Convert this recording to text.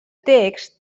text